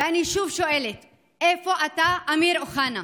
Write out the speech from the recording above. ואני שוב שואלת: איפה אתה, אמיר אוחנה?